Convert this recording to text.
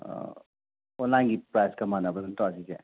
ꯑꯣꯟꯂꯥꯏꯟꯒꯤ ꯄ꯭ꯔꯥꯏꯖꯀ ꯃꯥꯟꯅꯕ꯭ꯔꯥ ꯅꯠꯇ꯭ꯔꯣ ꯑꯗꯨꯗꯤ